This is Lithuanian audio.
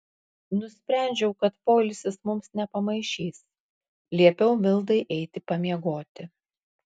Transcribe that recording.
nusprendžiau kad poilsis mums nepamaišys liepiau mildai eiti pamiegoti